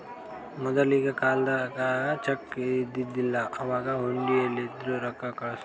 ಮೊದಲಿನ ಕಾಲ್ದಾಗ ಚೆಕ್ ಇದ್ದಿದಿಲ್ಲ, ಅವಾಗ್ ಹುಂಡಿಲಿಂದೇ ರೊಕ್ಕಾ ಕಳುಸ್ತಿರು